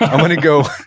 i'm gonna go.